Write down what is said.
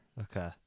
Okay